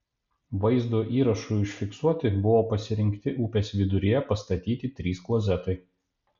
vaizdo įrašui užfiksuoti buvo pasirinkti upės viduryje pastatyti trys klozetai